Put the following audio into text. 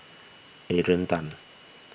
Adrian Tan